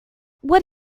what